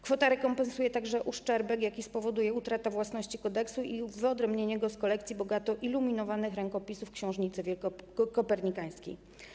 Kwota rekompensuje także uszczerbek, jaki spowoduje utrata własności kodeksu i wyodrębnienie go z kolekcji bogato iluminowanych rękopisów Książnicy Kopernikańskiej.